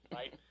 right